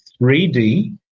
3D